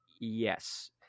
yes